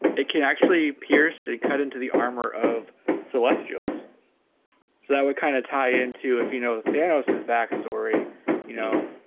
it can actually pierce they cut into the armor of celestials so that would kind of tie into if you know the thanos his backstory you know?